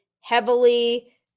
heavily